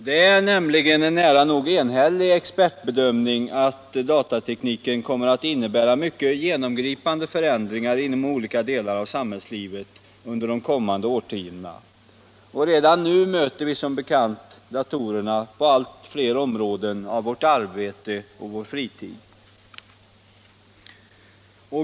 Det är nämligen en nära nog enhällig expertbedömning att datatekniken kommer att innebära mycket genomgripande förändringar inom olika delar av samhällslivet under de kommande årtiondena, och redan nu möter vi som bekant datorerna på allt fler områden av vårt arbete och vår fritid.